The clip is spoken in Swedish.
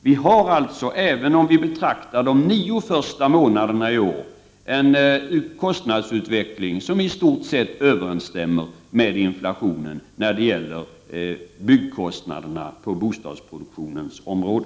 Vi har alltså, även om vi betraktar de nio första månaderna i år, en kostnadsutveckling som i stort sett överenstämmer med inflationen när det gäller byggkostnaderna på bostadsproduktionens område.